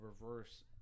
reverse